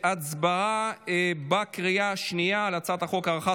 להצבעה בקריאה השנייה על הצעת החוק הארכת